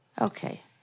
Okay